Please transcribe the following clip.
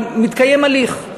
אבל מתקיים הליך.